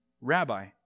rabbi